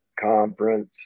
conference